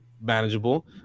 manageable